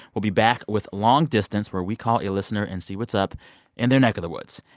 we'll be back with long distance, where we call a listener and see what's up in their neck of the woods.